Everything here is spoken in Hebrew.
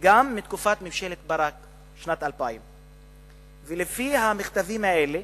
וגם מתקופת ממשלת ברק בשנת 2000. לפי ההתכתבויות האלה,